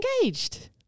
engaged